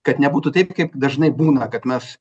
kad nebūtų taip kaip dažnai būna kad mes